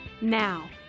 Now